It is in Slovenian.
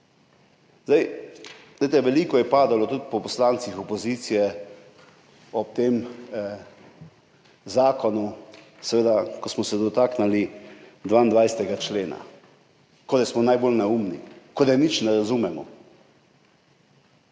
gozda. Veliko je padalo tudi po poslancih opozicije ob tem zakonu, ko smo se dotaknili 22. člena, kot da smo najbolj neumni, kot da nič ne razumemo,